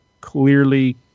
clearly